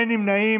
אין נמנעים.